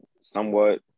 somewhat